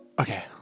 okay